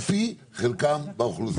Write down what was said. על פי חלקם באוכלוסייה.